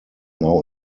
now